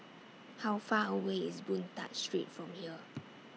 How Far away IS Boon Tat Street from here